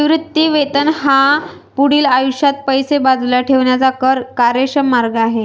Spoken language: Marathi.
निवृत्ती वेतन हा पुढील आयुष्यात पैसे बाजूला ठेवण्याचा कर कार्यक्षम मार्ग आहे